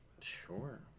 sure